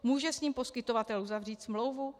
Může s ním poskytovatel uzavřít smlouvu?